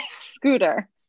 scooter